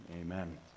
amen